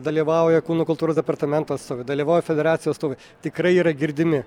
dalyvauja kūno kultūros departamentas dalyvauja federacijų atstovai tikrai yra girdimi